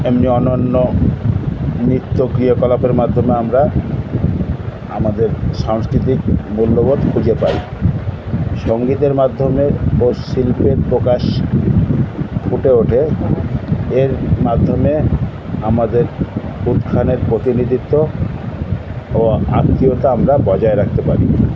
এমনি অন্যান্য নিত্য ক্রিয়াকলাপের মাধ্যমে আমরা আমাদের সাংস্কৃতিক মূল্যবোধ খুঁজে পাই সঙ্গীতের মাধ্যমে ও শিল্প প্রকাশ ফুটে ওঠে এর মাধ্যমে আমাদের উত্থানের প্রতিনিধিত্ব ও আত্মীয়তা আমরা বজায় রাখতে পারি